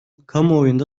kamuoyunda